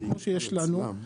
כמו שיש לנו,